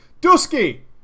Dusky